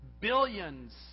Billions